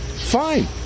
fine